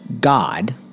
God